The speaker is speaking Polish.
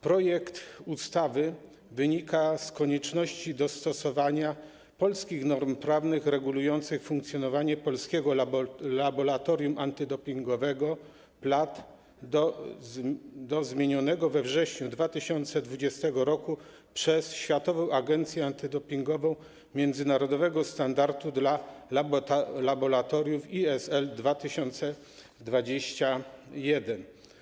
Projekt ustawy wynika z konieczności dostosowania polskich norm prawnych regulujących funkcjonowanie Polskiego Laboratorium Antydopingowego, PLAD, do zmienionego we wrześniu 2020 r. przez Światową Agencję Antydopingową międzynarodowego standardu dla laboratoriów, ISL 2021.